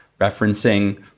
referencing